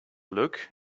look